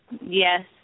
Yes